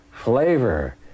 Flavor